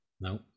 No